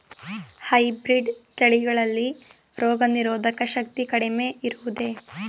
Hybrid ತಳಿಗಳಲ್ಲಿ ರೋಗನಿರೋಧಕ ಶಕ್ತಿ ಕಡಿಮೆ ಇರುವುದೇ?